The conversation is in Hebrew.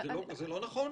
לא נכון?